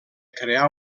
crear